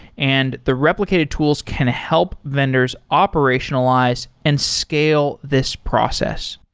and the replicated tools can help vendors operationalize and scale this process.